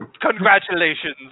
Congratulations